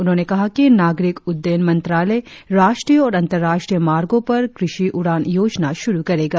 उन्होंने कहा कि नागरिक उड्डयनमंत्रालय राष्ट्रीय और अंतराष्ट्रीय मार्गों पर कृषि उड़ान योजना शुरु करेगा